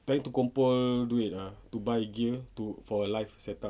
trying to kumpul duit ah to buy gear to for live setup